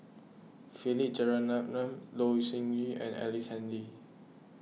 Philip Jeyaretnam Loh Sin Yun and Ellice Handy